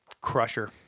crusher